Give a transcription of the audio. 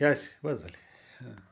अश बस झाले हं